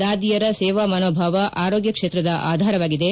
ದಾದಿಯರ ಸೇವಾ ಮನೋಭಾವ ಆರೋಗ್ಯ ಕ್ಷೇತ್ರದ ಆಧಾರವಾಗಿದೆ